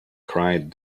cried